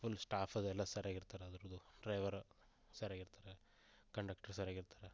full staff ಅದೆಲ್ಲ ಸರಿಯಾಗಿ ಇರ್ತಾರೆ ಅದರ್ದು ಡ್ರೈವರು ಸರಿಯಾಗಿ ಇರ್ತಾರೆ ಕಂಡೆಕ್ಟ್ರ್ ಸರಿಯಾಗಿ ಇರ್ತಾರೆ